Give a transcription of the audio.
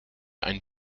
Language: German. einen